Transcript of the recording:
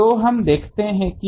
तो हम देखते हैं कि